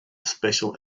special